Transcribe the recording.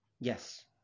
Yes